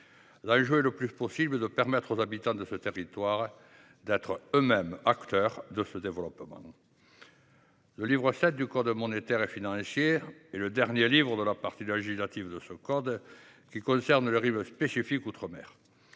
permettre, le plus possible, aux habitants de ces territoires d’être eux mêmes acteurs de ce développement. Le livre VII du code monétaire et financier est le dernier livre de la partie législative de ce code, qui concerne le régime spécifique des outre mer.